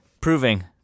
proving